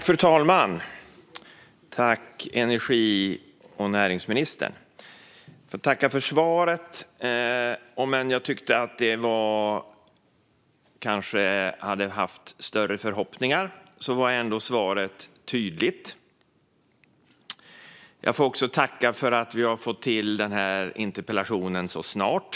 Fru talman! Tack, energi och näringsministern, för svaret! Det var tydligt, om än jag kanske hade större förhoppningar på svaret. Jag får också tacka för att vi har fått till interpellationsdebatten så snart.